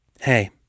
Hey